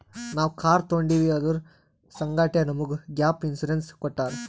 ನಾವ್ ಕಾರ್ ತೊಂಡಿವ್ ಅದುರ್ ಸಂಗಾಟೆ ನಮುಗ್ ಗ್ಯಾಪ್ ಇನ್ಸೂರೆನ್ಸ್ ಕೊಟ್ಟಾರ್